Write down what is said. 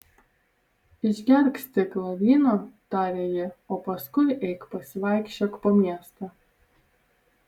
išgerk stiklą vyno tarė ji o paskui eik pasivaikščiok po miestą